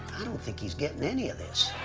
i don't think he's gettin' any of this.